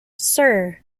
sir